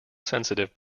sensitive